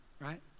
right